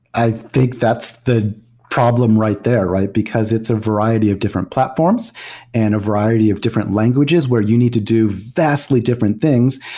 i think that's the problem right there, right? because it's a variety of different platforms and a variety of different languages where you need to do vastly different things.